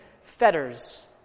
fetters